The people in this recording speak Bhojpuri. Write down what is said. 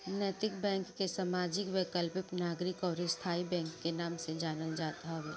नैतिक बैंक के सामाजिक, वैकल्पिक, नागरिक अउरी स्थाई बैंक के नाम से जानल जात हवे